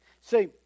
See